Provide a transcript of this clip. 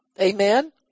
Amen